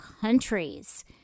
countries